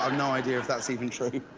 um no idea if that is even freu.